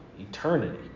eternity